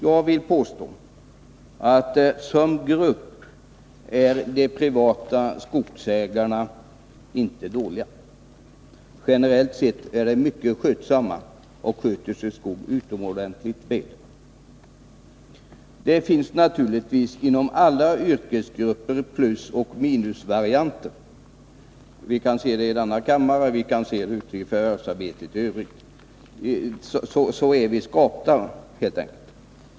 Jag vill påstå att som grupp är de privata skogsägarna inte dåliga. Generellt sett är de mycket skötsamma och sköter sin skog utomordentligt väl. Det finns naturligtvis inom alla yrkesgrupper plusoch minusvarianter; vi kan se det i denna kammare, och vi kan se det ute i förvärvsarbetet i övrigt. Så är vi skapta, helt enkelt.